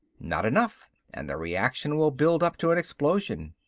not enough and the reaction will build up to an explosion.